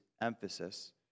emphasis